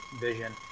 vision